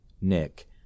Nick